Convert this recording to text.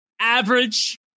average